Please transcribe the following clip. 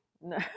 no